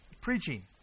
Preaching